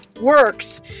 works